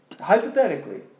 Hypothetically